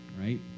right